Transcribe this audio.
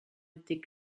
été